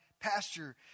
pasture